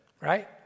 Right